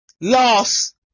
lost